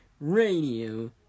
Radio